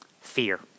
Fear